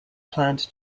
plant